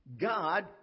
God